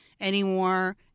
anymore